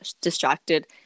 distracted